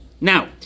Now